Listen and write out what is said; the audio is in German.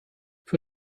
für